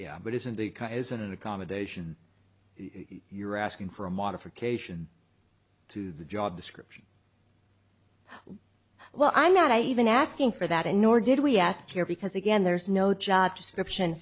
d but isn't the isn't an accommodation you're asking for a modification to the job description well i'm not even asking for that and nor did we ask here because again there's no job description